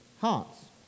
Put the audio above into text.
hearts